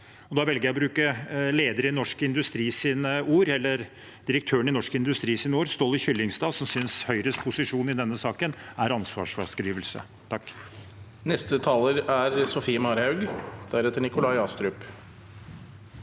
da velger jeg å bruke ordene til styrelederen i Norsk Industri, Ståle Kyllingstad, som synes Høyres posisjon i denne saken er ansvarsfraskrivelse.